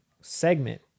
segment